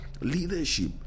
leadership